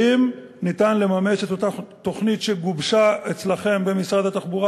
האם ניתן לממש את אותה תוכנית שגובשה אצלכם במשרד התחבורה,